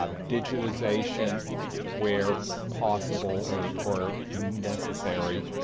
um digitization where possible or or necessary,